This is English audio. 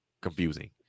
confusing